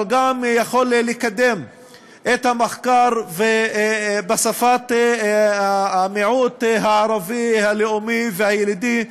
אבל גם יכול לקדם את המחקר בשפת המיעוט הערבי הלאומי והילידי,